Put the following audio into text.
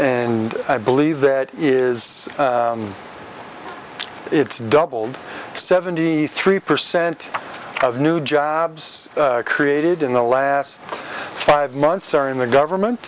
and i believe that is it's doubled seventy three percent of new jobs created in the last five months are in the government